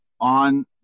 on